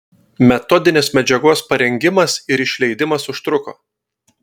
metodinės medžiagos parengimas ir išleidimas užtruko